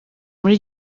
muri